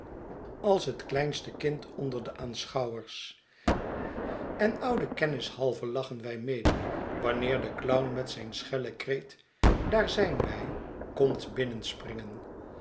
als het kleinste kind onder de aanschouwers en oude kennis halve lachen wij mede wanneer de clown met zijn schellen kreet daar zijn wij komt